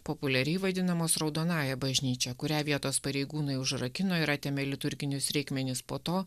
populiariai vadinamos raudonąja bažnyčia kurią vietos pareigūnai užrakino ir atėmė liturginius reikmenis po to